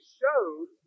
showed